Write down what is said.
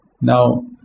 Now